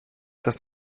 das